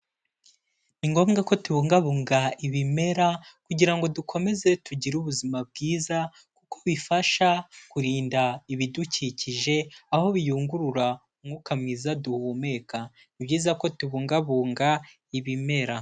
Ni ngombwa ko tubungabunga ibimera kugira ngo dukomeze tugire ubuzima bwiza kuko bifasha kurinda ibidukikije aho biyungurura umwuka mwiza duhumeka. Ni byiza ko tubungabunga ibimera.